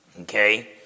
okay